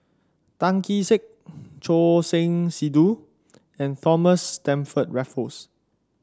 Tan Kee Sek Choor Singh Sidhu and Thomas Stamford Raffles